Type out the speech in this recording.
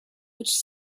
which